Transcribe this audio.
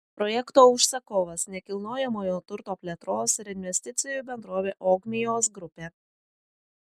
projekto užsakovas nekilnojamojo turto plėtros ir investicijų bendrovė ogmios grupė